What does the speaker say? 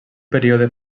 període